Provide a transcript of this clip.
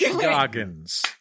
Goggins